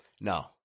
No